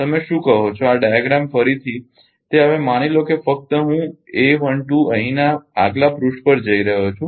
તમે શું કહો છો આ ડાયાગ્રામ ફરીથી તે હવે માની લો કે ફક્ત હું અહીંના આગલા પૃષ્ઠ પર જઈ રહ્યો છું